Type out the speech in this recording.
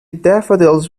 daffodils